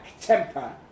temper